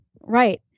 right